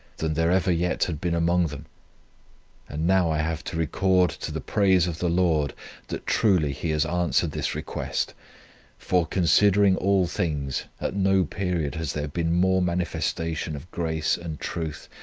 than there ever yet had been among them and now i have to record to the praise of the lord that truly he has answered this request for, considering all things, at no period has there been more manifestation of grace and truth,